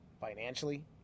financially